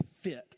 fit